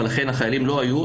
ולכן החיילים לא היו,